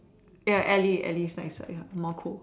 ya Ellie Ellie is nicer ya more cool